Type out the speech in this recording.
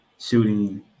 shooting